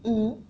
mm